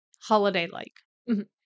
holiday-like